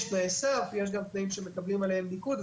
יש תנאי סף ויש גם תנאים שמקבלים עליהם ניקוד.